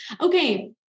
Okay